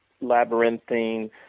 labyrinthine